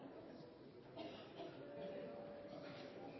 takka